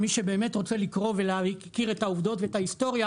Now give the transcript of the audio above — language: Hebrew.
מי שבאמת רוצה לקרוא את העובדות ואת ההיסטוריה,